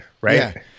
right